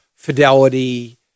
Fidelity